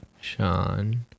Sean